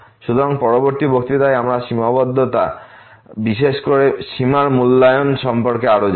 সুতরাং পরবর্তী বক্তৃতায় আমরা সীমাবদ্ধতা বিশেষ করে সীমার মূল্যায়ন সম্পর্কে আরও জানব